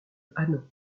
hanau